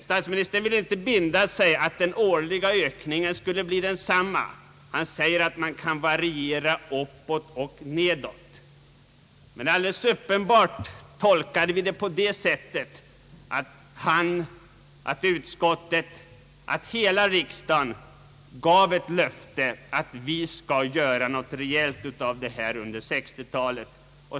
Statsministern ville inte binda sig för en bestämd årlig ökning utan sade att den kunde variera uppåt och nedåt. Vi tolkade saken på det sättet att statsministern, utskottet och hela riksdagen gav ett löfte att göra något rejält under 1960-talet.